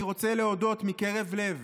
אני רוצה להודות מקרב לב,